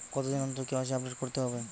কতদিন অন্তর KYC update করতে হবে?